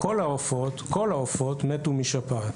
כל העופות מתו משפעת.